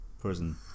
prison